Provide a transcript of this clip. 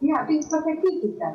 ne tai jūs pasakykite